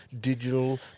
digital